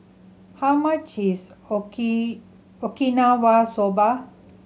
how much is Okinawa Soba